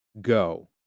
go